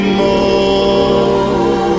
more